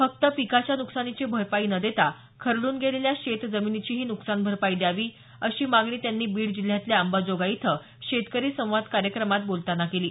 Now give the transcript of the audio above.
फक्त पिकाच्या नुकसानीची भरपाई न देता खरडून गेलेल्या शेत जमिनीची ही नुकसान भरपाई द्यावी अशी मागणी त्यांनी बीड जिल्ह्यातल्या अंबाजोगाई इथं शेतकरी संवाद कार्यक्रमात बोलताना केली